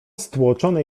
stłoczone